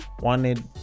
wanted